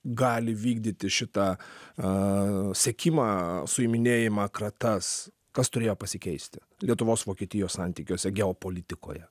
gali vykdyti šitą a sekimą suiminėjimą kratas kas turėjo pasikeisti lietuvos vokietijos santykiuose geopolitikoje